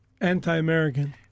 anti-American